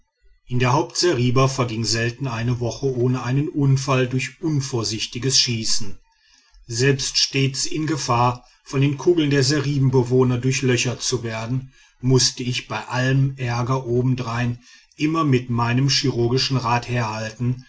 in der hauptseriba verging selten eine woche ohne einen unfall durch unvorsichtiges schießen selbst stets in gefahr von den kugeln der seribenbewohner durchlöchert zu werden mußte ich bei allem ärger obendrein immer mit meinem chirurgischen rat herhalten